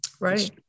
Right